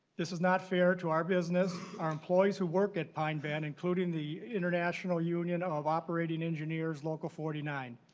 this is not fair to our business our employees who work at pine been including the international union of of operating engineers local forty nine.